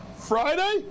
Friday